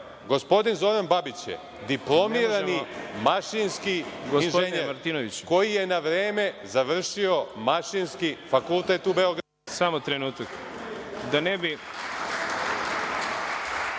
gospodin Zoran Babić je diplomirani mašinski inženjer, koji je na vreme završio Mašinski fakultet u Beogradu.